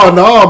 no